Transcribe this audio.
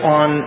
on